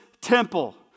temple